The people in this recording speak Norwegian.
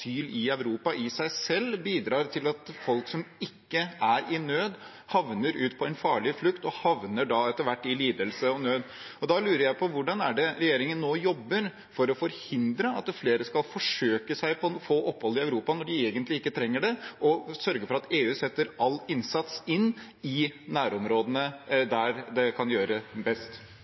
i Europa, i seg selv bidrar til at folk som ikke er i nød, havner ut på en farlig flukt og etter hvert i lidelse og nød. Da lurer jeg på følgende: Hvordan jobber regjeringen nå for å forhindre at flere skal forsøke seg på å få opphold i Europa når de egentlig ikke trenger det, og for å sørge for at EU setter all innsats inn i nærområdene, der det kan gjøres best?